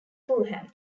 fulham